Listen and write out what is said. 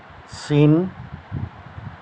চীন